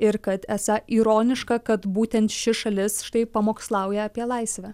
ir kad esą ironiška kad būtent ši šalis štai pamokslauja apie laisvę